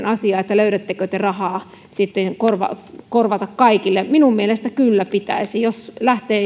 asia että löydättekö te rahaa sitten korvata kaikille minun mielestäni kyllä pitäisi jos lähtee